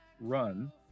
run